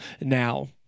now